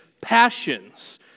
passions